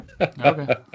Okay